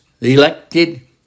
elected